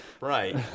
Right